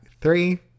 three